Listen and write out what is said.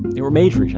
they were made for each